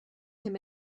him